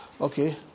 Okay